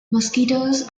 mosquitoes